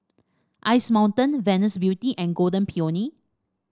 Ice Mountain Venus Beauty and Golden Peony